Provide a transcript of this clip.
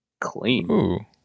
Clean